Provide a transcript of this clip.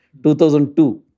2002